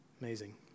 Amazing